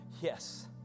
yes